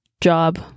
job